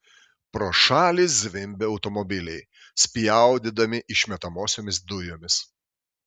pro šalį zvimbė automobiliai spjaudydami išmetamosiomis dujomis